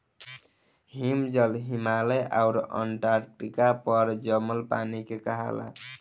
हिमजल, हिमालय आउर अन्टार्टिका पर जमल पानी के कहाला